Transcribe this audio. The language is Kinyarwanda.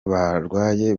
barwaye